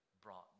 brought